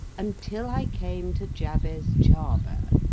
until i came to jabez jarber,